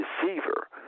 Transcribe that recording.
deceiver